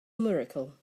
miracle